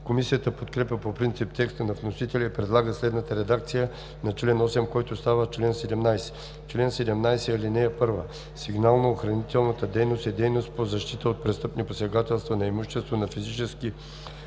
Комисията подкрепя по принцип текста на вносителя и предлага следната редакция на чл. 8, който става чл. 17: „Чл. 17. (1) Сигнално-охранителната дейност е дейност по защита от престъпни посегателства на имуществото на физически